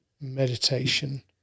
meditation